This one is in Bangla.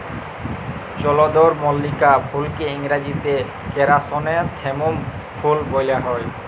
চলদরমল্লিকা ফুলকে ইংরাজিতে কেরাসনেথেমুম ফুল ব্যলা হ্যয়